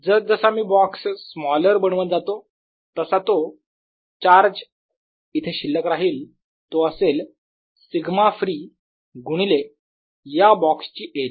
जसजसा मी box smaller बनवत जातो तसा जो चार्ज येथे शिल्लक राहील तो असेल σfree गुणिले या बॉक्स ची एरिया